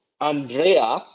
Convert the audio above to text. Andrea